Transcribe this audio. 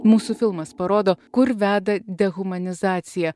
mūsų filmas parodo kur veda dehumanizacija